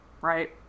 Right